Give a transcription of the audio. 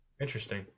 Interesting